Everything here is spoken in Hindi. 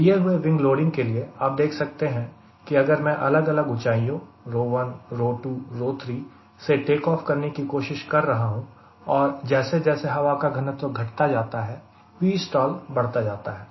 दिए हुए विंग लोडिंग के लिए आप देख सकते हैं कि मैं अलग अलग ऊंचाइयों ρ1 ρ2 ρ3 से टेक ऑफ करने की कोशिश कर रहा हूं और जैसे जैसे हवा का घनत्व घटता जाता है Vstall बढ़ता जाता है